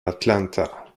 atlanta